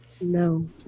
no